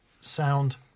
Sound